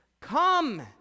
Come